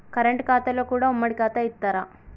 Current ఖాతాలో కూడా ఉమ్మడి ఖాతా ఇత్తరా?